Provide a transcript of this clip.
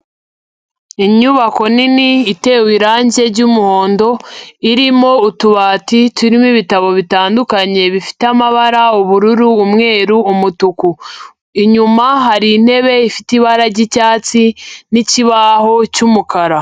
Inyubako nini itewe irangi ry'umuhondo, irimo utubati turimo ibitabo bitandukanye bifite amabara, ubururu, umweru, umutuku, inyuma hari intebe ifite ibara ry'icyatsi n'ikibaho cy'umukara.